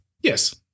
Yes